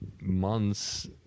months